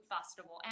festival